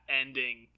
ending